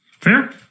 Fair